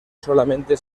solamente